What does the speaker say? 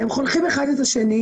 הם חונכים אחד את השני,